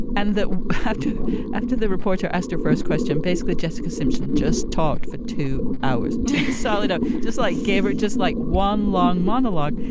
and that after after the reporter asked her first question, basically, jessica simpson just talked for two hours, solid salida ah just like gave her just like one long monologue.